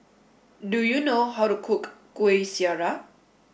do you know how to cook Kuih Syara